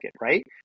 right